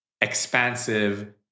expansive